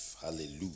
Hallelujah